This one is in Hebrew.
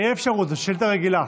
אין אפשרות, זאת שאילתה רגילה.